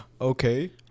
Okay